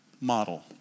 model